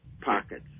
pockets